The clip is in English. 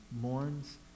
mourns